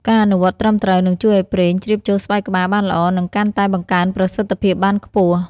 ការអនុវត្តន៍ត្រឹមត្រូវ នឹងជួយឲ្យប្រេងជ្រាបចូលស្បែកក្បាលបានល្អ និងកាន់តែបង្កើនប្រសិទ្ធភាពបានខ្ពស់។